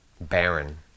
Baron